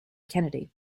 kennedy